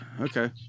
okay